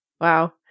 Wow